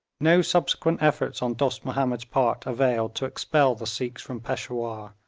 no subsequent efforts on dost mahomed's part availed to expel the sikhs from peshawur,